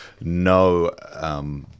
no